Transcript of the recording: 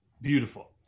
Beautiful